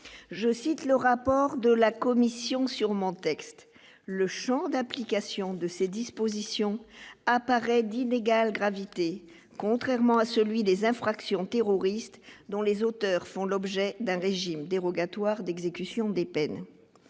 je cite le rapport de la commission sûrement texte le Champ d'application de ces dispositions apparaît d'illégal gravité contrairement à celui des infractions terroristes dont les auteurs font l'objet d'un régime dérogatoire d'exécution des peines,